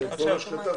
בגדול.